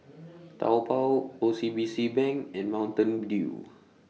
Taobao O C B C Bank and Mountain Dew